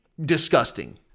disgusting